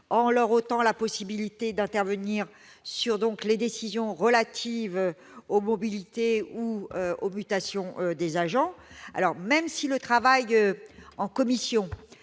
en leur ôtant la possibilité d'intervenir sur les décisions relatives aux mobilités et aux mutations des agents. Le travail effectué en commission